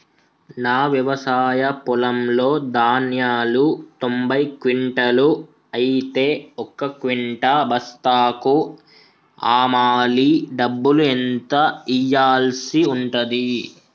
నా వ్యవసాయ పొలంలో ధాన్యాలు తొంభై క్వింటాలు అయితే ఒక క్వింటా బస్తాకు హమాలీ డబ్బులు ఎంత ఇయ్యాల్సి ఉంటది?